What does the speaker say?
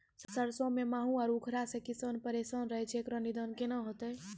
सरसों मे माहू आरु उखरा से किसान परेशान रहैय छैय, इकरो निदान केना होते?